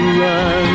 run